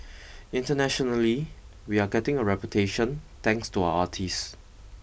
internationally we're getting a reputation thanks to our artist